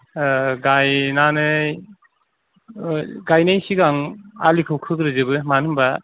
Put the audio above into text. ओ गायनानै ओ गायनाय सिगां आलिखौ खोग्रोजोबो मानो होनोबा